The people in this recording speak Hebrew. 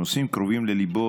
והנושאים קרובים לליבו,